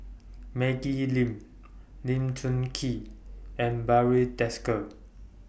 Maggie Lim Lee Choon Kee and Barry Desker